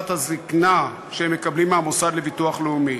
הזיקנה שהם מקבלים מהמוסד לביטוח לאומי.